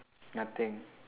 nothing